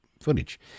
footage